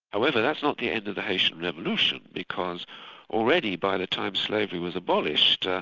however, that's not the end of the haitian revolution because already, by the time slavery was abolished,